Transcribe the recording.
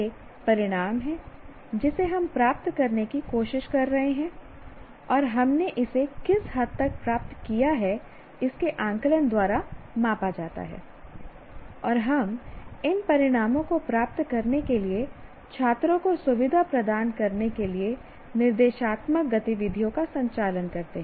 एक परिणाम है जिसे हम प्राप्त करने की कोशिश कर रहे हैं और हमने इसे किस हद तक प्राप्त किया है इसे आकलन द्वारा मापा जाता है और हम इन परिणामों को प्राप्त करने के लिए छात्रों को सुविधा प्रदान करने के लिए निर्देशात्मक गतिविधियों का संचालन करते हैं